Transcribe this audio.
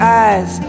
eyes